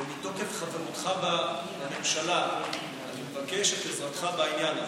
ומתוקף חברותך בממשלה אני מבקש את עזרתך בעניין הזה.